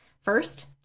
First